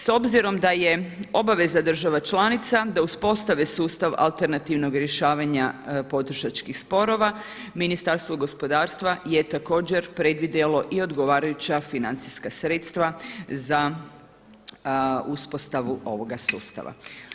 S obzirom da je obaveza država članica da uspostave sustav alternativnog rješavanja potrošačkih sporova Ministarstvo gospodarstava je također predvidjelo i odgovarajuća financijska sredstva za uspostavu ovoga sustava.